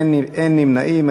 אין נמנעים.